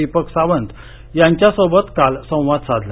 दीपक सावंत यांच्यासोबत काल संवाद साधला